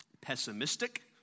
pessimistic